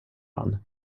man